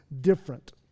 different